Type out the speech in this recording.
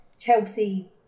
Chelsea